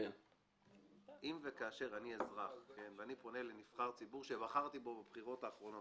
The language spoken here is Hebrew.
נניח שאני אזרח ואני פונה לנבחר ציבור שבחרתי בו בבחירות האחרונות,